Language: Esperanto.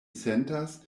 sentas